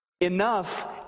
enough